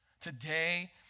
Today